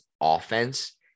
offense